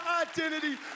identity